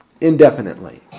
indefinitely